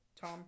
Tom